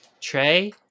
Trey